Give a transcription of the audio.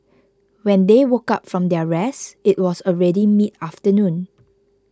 when they woke up from their rest it was already mid afternoon